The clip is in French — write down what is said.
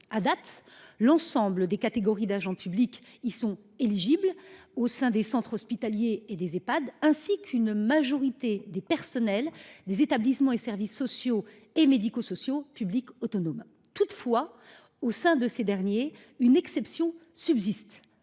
À date, l’ensemble des catégories d’agents publics y sont éligibles au sein des centres hospitaliers et des Ehpad, ainsi qu’une majorité des personnels des établissements et services sociaux et médico sociaux publics autonomes. Toutefois, au sein de ces derniers, une exception subsiste